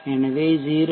எனவே 0